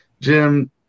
Jim